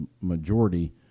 majority